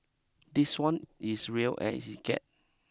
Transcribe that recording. this one is real as it get